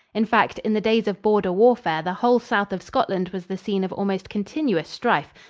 in fact, in the days of border warfare the whole south of scotland was the scene of almost continuous strife,